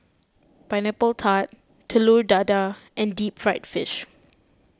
Pineapple Tart Telur Dadah and Deep Fried Fish